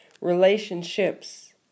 Relationships